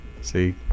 See